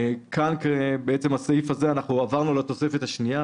כאן עברנו לתוספת השנייה.